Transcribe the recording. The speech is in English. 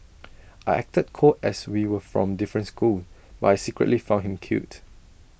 I acted cold as we were from different schools but I secretly found him cute